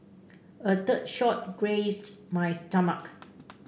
a third shot grazed my stomach